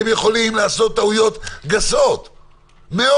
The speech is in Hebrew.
הם יכולים לעשות טעויות גסות מאוד.